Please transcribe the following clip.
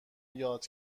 یاد